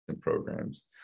programs